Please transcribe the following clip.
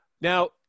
Now